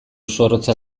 zorrotza